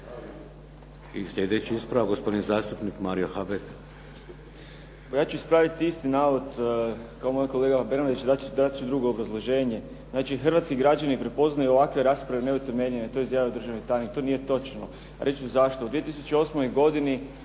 I sljedeći ispravak, gospodin zastupnik Mario Habek. **Habek, Mario (SDP)** Pa ja ću ispraviti isti navod kao moj kolega Bernardić, dati ću drugo obrazloženje. Znači, hrvatski građani prepoznaju ovakve rasprave neutemeljene, to je izjavio državni tajnik. To nije točno. Reći ću zašto. U 2008 godini